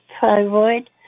thyroid